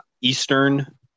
Eastern